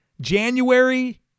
January